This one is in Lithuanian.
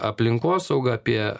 aplinkosaugą apie